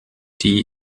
die